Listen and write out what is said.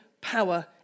power